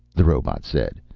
the robot said.